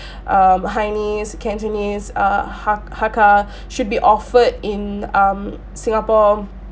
um hainanese cantonese err hak~ hakka should be offered in um singapore